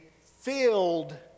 filled